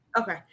Okay